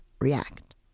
react